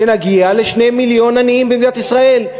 שנגיע ל-2 מיליון עניים במדינת ישראל.